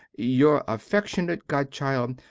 your affeckshunate godchild,